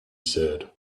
said